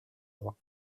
его